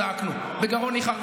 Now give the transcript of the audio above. זעקנו בגרון ניחר,